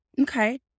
Okay